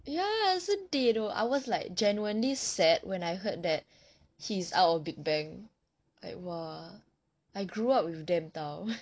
ya sedih !duh! I was like genuinely sad when I heard that he's out of big bang like !wah! I grew up with them [tau]